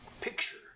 picture